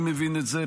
אני מבין את זה,